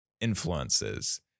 influences